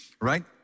right